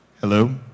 Hello